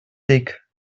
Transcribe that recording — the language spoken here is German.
dick